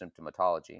symptomatology